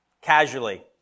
casually